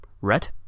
Red